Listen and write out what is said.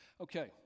Okay